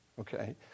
okay